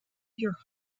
your